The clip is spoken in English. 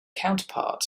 counterpart